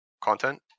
content